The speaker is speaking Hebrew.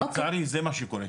לצערי, זה מה שקורה.